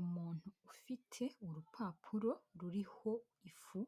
Umuntu ufite urupapuro ruriho ifu